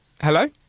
Hello